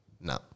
No